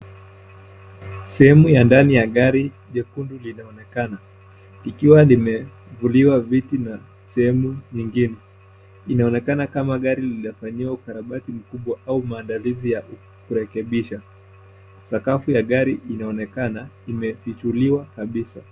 Sehemu ya ndani ya gari jekundu linaonekana ikiwa limevuliwa viti na sehemu nyingine. Inaonekana kama gari lilifanyiwa ukarabati mkubwa au maandalizi ya kurekebisha. Sakafu ya gari inaonekana imefichuliwa kabisa.